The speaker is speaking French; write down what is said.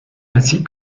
ainsi